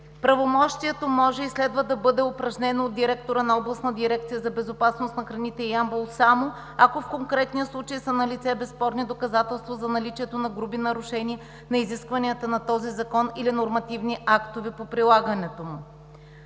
правомощието може и следва да бъде упражнено от директора на Областна дирекция за безопасност на храните – Ямбол, само ако в конкретния случай са налице безспорни доказателства за наличието на груби нарушения на изискванията на този закон или нормативни актове по прилагането му.